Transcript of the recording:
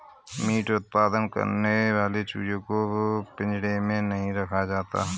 meet उत्पादन करने वाले चूजे को पिंजड़े में नहीं रखा जाता